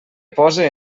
pose